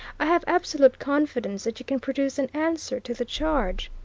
i have absolute confidence that you can produce an answer to the charge.